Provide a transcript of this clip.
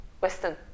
Western